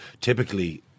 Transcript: typically